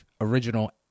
original